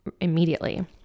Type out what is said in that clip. immediately